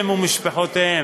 אותם ואת משפחותיהם.